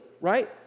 right